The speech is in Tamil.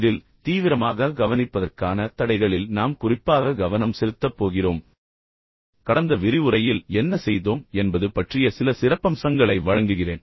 இதில் தீவிரமாக கவனிப்பதற்கான தடைகளில் நாம் குறிப்பாக கவனம் செலுத்தப் போகிறோம் ஆனால் நாம் தொடங்குவதற்கு முன் கடந்த விரிவுரையில் நாம் என்ன செய்தோம் என்பது பற்றிய சில சிறப்பம்சங்களை உங்களுக்கு வழங்க விரும்புகிறேன்